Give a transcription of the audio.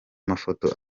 mafoto